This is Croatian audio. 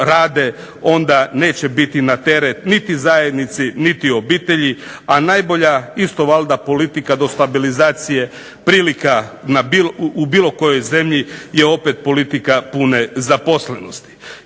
onda neće biti na teret niti zajednici niti obitelji,a najbolja isto valjda politika do stabilizacije prilika u bilo kojoj zemlji je opet politika pune zaposlenosti.